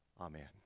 Amen